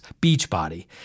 Beachbody